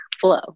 flow